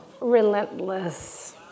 Relentless